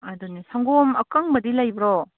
ꯑꯗꯨꯅꯦ ꯁꯪꯒꯣꯝ ꯑꯀꯪꯕꯗꯤ ꯂꯩꯕ꯭ꯔꯣ